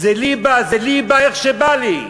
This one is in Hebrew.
זה לי בא, זה לי בא איך שבא לי.